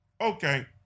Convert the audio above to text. Okay